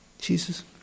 Jesus